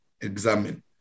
Examine